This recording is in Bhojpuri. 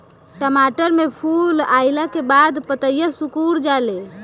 टमाटर में फूल अईला के बाद पतईया सुकुर जाले?